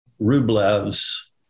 Rublev's